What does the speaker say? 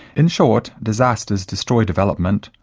in short, disasters destroy development,